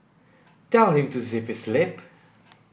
tell him to zip his lip